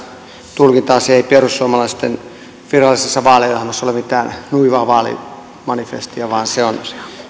tulkintaa että ei perussuomalaisten virallisessa vaaliohjelmassa ole mitään nuivaa vaalimanifestia vaan se on